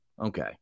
Okay